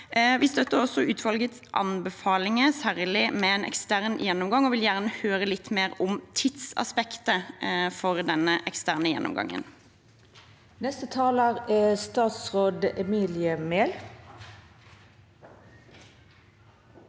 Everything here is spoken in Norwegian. Vi støtter også utvalgets anbefalinger, særlig om en ekstern gjennomgang, og vil gjerne høre litt mer om tidsaspektet for denne eksterne gjennomgangen. Statsråd Emilie Mehl